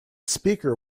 speaker